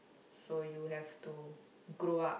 so you have to grow up